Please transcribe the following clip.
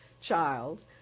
child